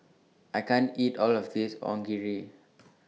I can't eat All of This Onigiri